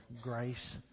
grace